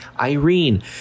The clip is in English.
irene